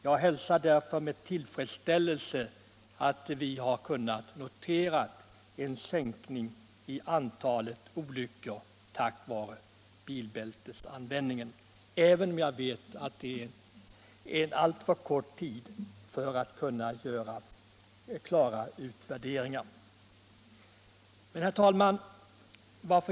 Jag hälsar därför med tillfredsställelse att vi har kunnat notera en sänkning av antalet olyckor tack vare bilbältesanvändningen, även om jag vet att det gått alltför kort tid för att vi skall kunna göra klara utvärderingar. Herr talman!